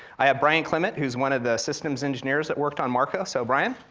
i have brian clement, who's one of the systems engineers that worked on marco, so brian?